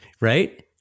right